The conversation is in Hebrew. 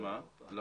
זה